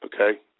okay